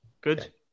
Good